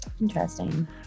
interesting